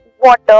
water